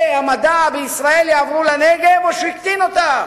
המדע בישראל יעברו לנגב או שהקטין אותם?